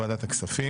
אושר לוועדת הכספים.